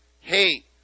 hey